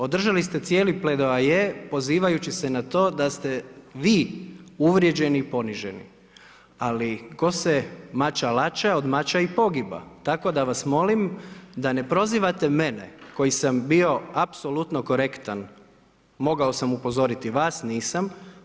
Održali ste cijeli pledoaje pozivajući se na to da ste vi uvrijeđeni i poniženi, ali tko se mača laća od mača i pogiba, tako da vas molim da ne prozivate mene koji sam bio apsolutno korektan, mogao sam upozoriti vas, nisam.